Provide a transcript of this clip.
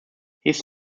his